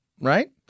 right